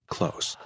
Close